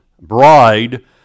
bride